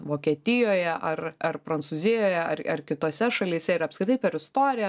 vokietijoje ar ar prancūzijoje ar ar kitose šalyse ir apskritai per istoriją